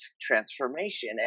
transformation